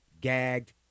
gagged